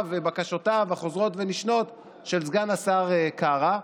ובקשותיו החוזרות ונשנות של סגן השר קארה,